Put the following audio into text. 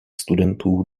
studentů